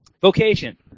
vocation